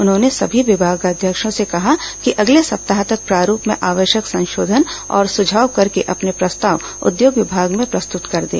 उन्होंने सभी विभागाध्यक्षों से कहा है कि अगले सप्ताह तक प्रारूप में आवश्यक संशोधन और सुझाव करके अपने प्रस्ताव उद्योग विभाग में प्रस्तुत कर दें